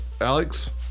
Alex